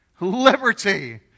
liberty